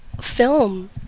Film